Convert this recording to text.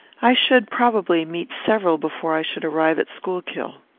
i should, probably, meet several before i should arrive at schuylkill.